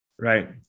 Right